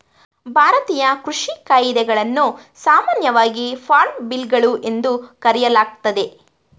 ಭಾರತೀಯ ಕೃಷಿ ಕಾಯಿದೆಗಳನ್ನು ಸಾಮಾನ್ಯವಾಗಿ ಫಾರ್ಮ್ ಬಿಲ್ಗಳು ಎಂದು ಕರೆಯಲಾಗ್ತದೆ